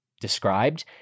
described